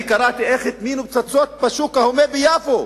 קראתי איך הטמינו פצצות בשוק ההומה ביפו.